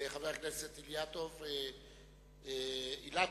חבר הכנסת רוברט אילטוב,